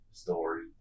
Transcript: Story